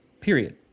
period